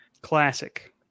Classic